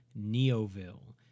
Neoville